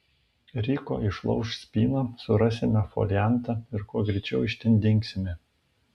ryko išlauš spyną surasime foliantą ir kuo greičiau iš ten dingsime